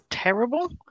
Terrible